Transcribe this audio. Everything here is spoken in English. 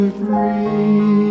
free